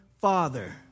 Father